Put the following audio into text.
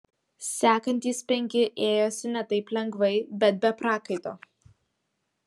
sekantys penki ėjosi ne taip lengvai bet be prakaito